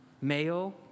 male